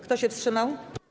Kto się wstrzymał?